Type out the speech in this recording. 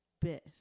best